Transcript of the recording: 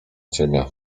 ciebie